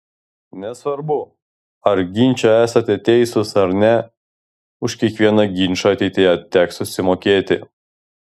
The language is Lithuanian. nesvarbu ar ginče esate teisus ar ne už kiekvieną ginčą ateityje teks susimokėti